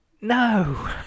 No